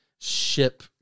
ship